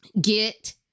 get